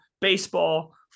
baseball